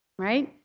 right.